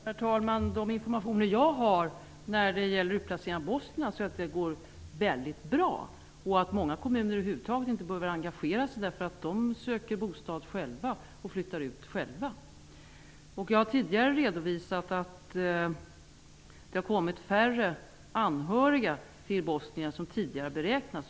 Herr talman! Enligt den information som jag har fått om utplaceringen av bosnier så går det väldigt bra. Många kommuner behöver över huvud taget inte engagera sig, eftersom bosnierna själva söker bostad och flyttar. Jag har tidigare redovisat att det har kommit färre anhöriga till bosnier än vad som tidigare har beräknats.